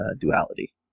duality